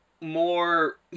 more